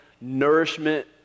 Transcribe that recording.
nourishment